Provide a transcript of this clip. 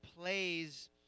plays